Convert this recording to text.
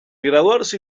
graduarse